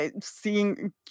seeing